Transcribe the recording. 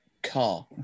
car